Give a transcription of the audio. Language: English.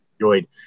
enjoyed